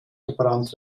verbrannt